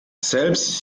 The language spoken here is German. selbst